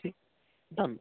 ਜੀ ਧੰਨਵਾਦ